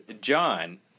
John